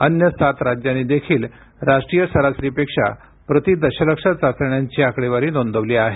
अन्य सात राज्यांनी देखील राष्ट्रीय सरासरीपेक्षा प्रति दशलक्ष चाचण्यांची आकडेवारी नोंदवली आहे